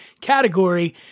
category